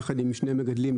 יחד עם שני מגדלים,